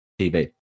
TV